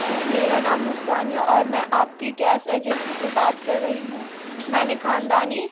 میرا نام مسکان ہے اور میں آپ کی گیس ایجنسی سے بات کر رہی ہوں میں نے خاندانی